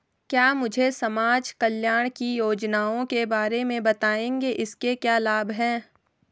क्या मुझे समाज कल्याण की योजनाओं के बारे में बताएँगे इसके क्या लाभ हैं?